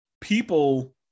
people